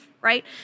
right